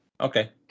Okay